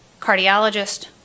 cardiologist